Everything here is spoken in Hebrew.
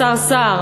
השר סער,